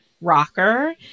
rocker